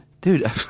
Dude